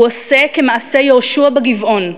הוא עושה כמעשה יהושע בגבעון: